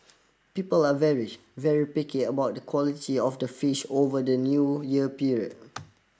people are very very picky about the quality of the fish over the New Year period